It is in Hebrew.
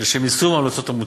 לשם יישום ההמלצות המוצעות.